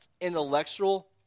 intellectual